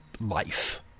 life